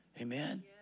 Amen